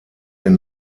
den